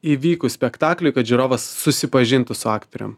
įvykus spektakliui kad žiūrovas susipažintų su aktorium